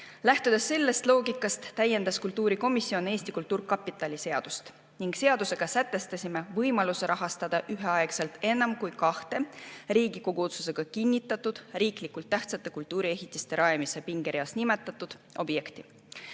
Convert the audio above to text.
Lähtudes sellest loogikast, täiendas kultuurikomisjon Eesti Kultuurkapitali seadust ning seadusega sätestasime võimaluse rahastada üheaegselt enam kui kahte Riigikogu otsusega kinnitatud riiklikult tähtsate kultuuriehitiste rajamise pingereas nimetatud objekti.